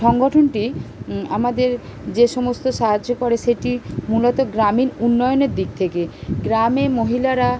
সংগঠনটি আমাদের যে সমস্ত সাহায্য করে সেটি মূলত গ্রামীণ উন্নয়নের দিক থেকে গ্রামে মহিলারা